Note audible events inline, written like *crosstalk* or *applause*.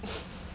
*noise*